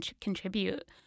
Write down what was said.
contribute